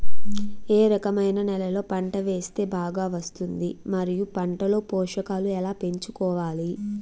ఏ రకమైన నేలలో పంట వేస్తే బాగా వస్తుంది? మరియు పంట లో పోషకాలు ఎలా పెంచుకోవాలి?